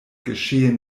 geschehen